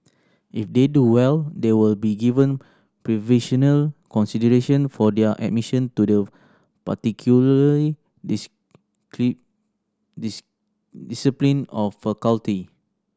if they do well they will be given preferential consideration for their admission to the particular discipline or faculty